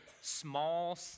small